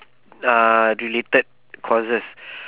uh related courses